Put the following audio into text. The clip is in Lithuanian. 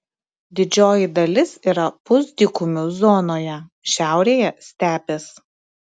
didžioji dalis yra pusdykumių zonoje šiaurėje stepės